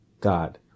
God